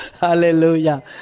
Hallelujah